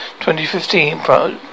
2015